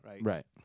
right